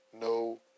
No